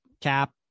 cap